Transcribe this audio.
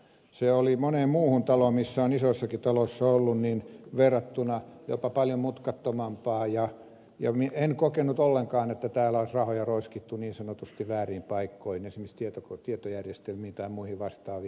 se oli ollut moneen muuhun taloon verrattuna missä olen ollut isoissakin taloissa jopa paljon mutkattomampaa ja en ollut kokenut ollenkaan että täällä olisi rahoja roiskittu niin sanotusti vääriin paikkoihin esimerkiksi tietojärjestelmiin tai muihin vastaaviin